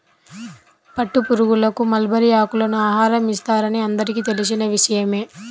పట్టుపురుగులకు మల్బరీ ఆకులను ఆహారం ఇస్తారని అందరికీ తెలిసిన విషయమే